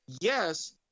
yes